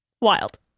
wild